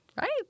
Right